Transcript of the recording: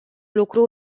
lucru